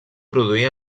produir